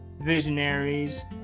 visionaries